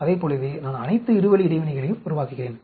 அதைப் போலவே நான் அனைத்து இரு வழி இடைவினைகளையும் உருவாக்குகிறேன்